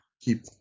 keep